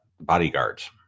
bodyguards